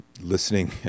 listening